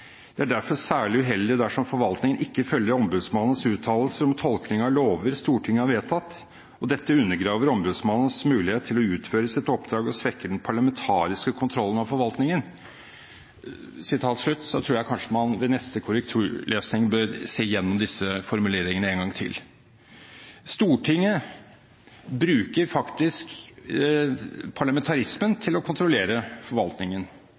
Det er derfor særlig uheldig dersom forvaltningen ikke følger ombudsmannens uttalelser om tolking av lover Stortinget har vedtatt. Dette undergraver ombudsmannens mulighet til å utføre sitt oppdrag og svekker den parlamentariske kontrollen av forvaltningen.» Da tror jeg kanskje man ved neste korrekturlesning bør se gjennom disse formuleringene en gang til. Stortinget bruker faktisk parlamentarismen til å kontrollere forvaltningen.